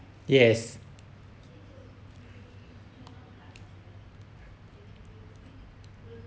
yes